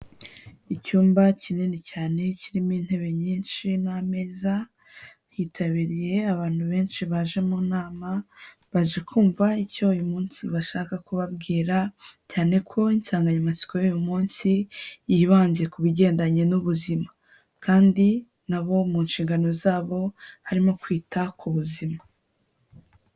Icyumba kinini cyane kirimo intebe nyinshi n'ameza, hitabiriye abantu benshi baje mu nama, baje kumva icyo uyu munsi bashaka kubabwira, cyane ko insanganyamatsiko y'uyu munsi yibanze ku bigendanye n'ubuzima, kandi na bo mu nshingano zabo harimo kwita ku buzima.